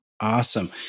Awesome